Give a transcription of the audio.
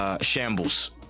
shambles